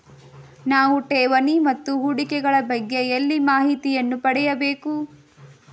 ನಾವು ಠೇವಣಿ ಮತ್ತು ಹೂಡಿಕೆ ಗಳ ಬಗ್ಗೆ ಎಲ್ಲಿ ಮಾಹಿತಿಯನ್ನು ಪಡೆಯಬೇಕು?